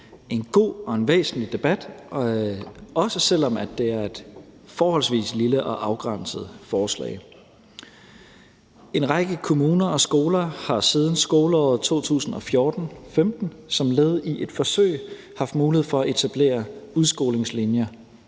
god og væsentlig debat, også selv om det er et forholdsvis lille og afgrænset forslag. En række kommuner og skoler har siden skoleåret 2014/15 som led i et forsøg haft mulighed for at etablere internationale